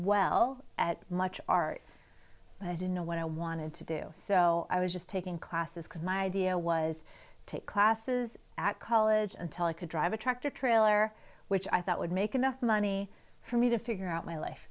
well at much art and i didn't know what i wanted to do so i was just taking classes because my idea was to take classes at college until i could drive a tractor trailer which i thought would make enough money for me to figure out my life